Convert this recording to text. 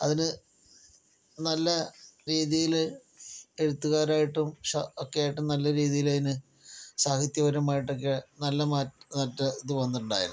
അതിന് നല്ല രീതിയില് എഴുത്തുകാരായിട്ടും ഒക്കെ നല്ല രീതിയിൽ അതിന് സാഹിത്യപരമായിട്ടൊക്കെ നല്ല മാറ്റ ഇത് വന്നിട്ടുണ്ടായിരുന്നു